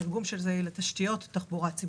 התרגום של זה הוא לתשתיות תחבורה ציבורית.